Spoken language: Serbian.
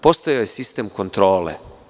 Postojao je sistem kontrole.